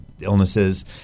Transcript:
illnesses